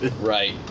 Right